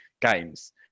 games